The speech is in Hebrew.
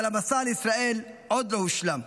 אבל המסע לישראל עוד לא הושלם.